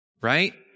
right